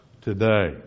today